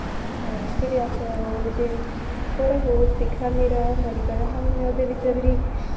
फिर असें ओह् ते थोह्ड़ा बौह्त सिक्खेआ मेरा मैडिकल हा में ओह्दे बिच्च फिरी